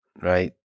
right